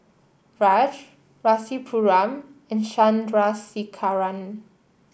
Raj Rasipuram and Chandrasekaran